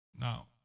Now